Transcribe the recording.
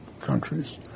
countries